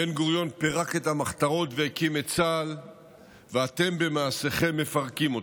בן-גוריון פירק את המחתרות והקים את צה"ל ואתם במעשיכם מפרקים אותו.